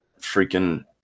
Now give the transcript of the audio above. freaking